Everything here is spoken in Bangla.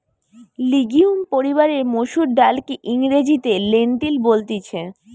লিগিউম পরিবারের মসুর ডালকে ইংরেজিতে লেন্টিল বলতিছে